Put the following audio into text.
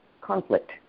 conflict